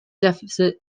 deficit